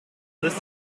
this